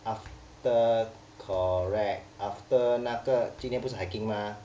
after correct after 那个今天不是 hiking mah